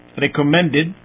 recommended